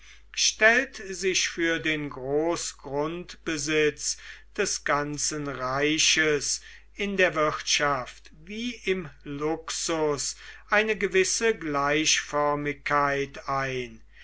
stellt sich für den großgrundbesitz des ganzen reiches in der wirtschaft wie im luxus eine gewisse gleichförmigkeit ein